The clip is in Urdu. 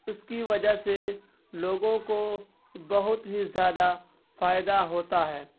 اس کی وجہ سے لوگوں کو بہت ہی زیادہ فائدہ ہوتا ہے